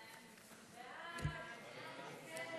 ההצעה